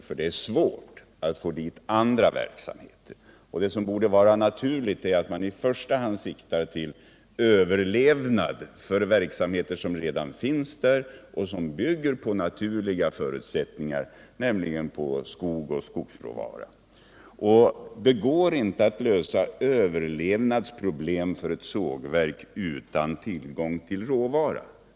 Det är nämligen svårt att få annan verksamhet lokaliserad till de områdena. Det borde därför vara naturligt att i första hand sikta på överlevnad för verksamheter som redan finns där och som bygger på naturliga förutsättningar, nämligen på skog och skogsråvara. Det går inte att lösa överlevnadsproblem för ett sågverk utan tillgång till råvara.